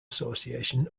association